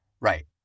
Right